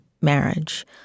marriage